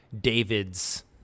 David's